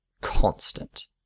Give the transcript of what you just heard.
constant